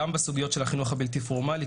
גם בסוגיות של החינוך הבלתי פורמלי,